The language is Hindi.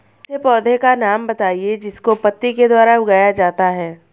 ऐसे पौधे का नाम बताइए जिसको पत्ती के द्वारा उगाया जाता है